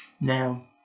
now